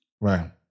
right